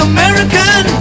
American